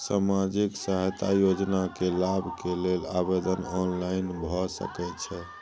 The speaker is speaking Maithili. सामाजिक सहायता योजना के लाभ के लेल आवेदन ऑनलाइन भ सकै छै?